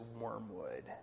wormwood